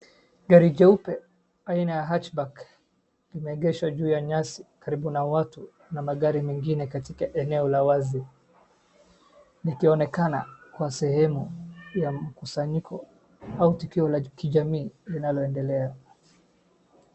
Gari jeupe aina ya Hatch Back limeegeshwa juu ya nyasi karibu na watu na magari mengine katika eneo la wazi likionekana kuwa sehemu ya mkusanyiko au tukio la kijamii linaloendelea.